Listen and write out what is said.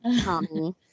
Tommy